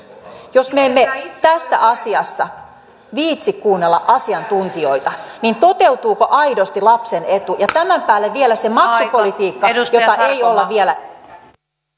jos me emme tässä asiassa viitsi kuunnella asiantuntijoita niin toteutuuko aidosti lapsen etu ja tämän päälle vielä se maksupolitiikka jota ei olla vielä